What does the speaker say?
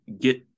get